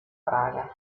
praga